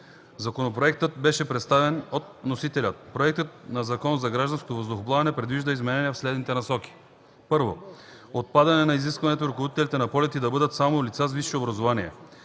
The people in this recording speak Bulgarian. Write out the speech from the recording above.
Законопроектът беше представен от вносителя. Проектът на Закона за гражданското въздухоплаване предвижда изменения в следните насоки: 1. Отпадане на изискването ръководителите на полети да бъдат само лица с висше образование.